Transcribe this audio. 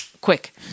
quick